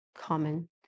common